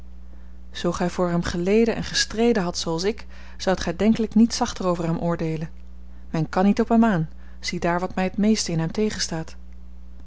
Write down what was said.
zoo gij voor hem geleden en gestreden hadt zooals ik zoudt gij denkelijk niet zachter over hem oordeelen men kan niet op hem aan ziedaar wat mij het meest in hem tegenstaat